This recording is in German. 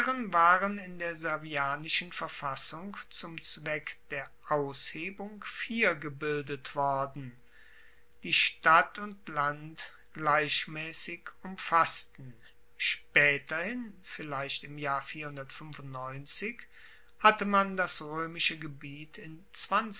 waren in der servianischen verfassung zum zweck der aushebung vier gebildet worden die stadt und land gleichmaessig umfassten spaeterhin vielleicht im jahr hatte man das roemische gebiet